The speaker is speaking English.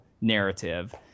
narrative